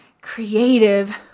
creative